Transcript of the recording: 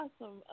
awesome